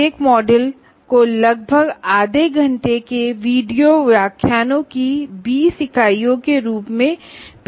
प्रत्येक मॉड्यूल को लगभग आधे घंटे के वीडियो व्याख्यान की 20 इकाइयों में प्रस्तुत किया गया है